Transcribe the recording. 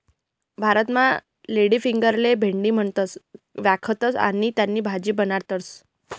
भारतमा लेडीफिंगरले भेंडी म्हणीसण व्यकखतस आणि त्यानी भाजी बनाडतस